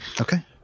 okay